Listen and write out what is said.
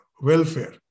welfare